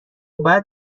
باید